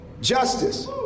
justice